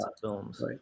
films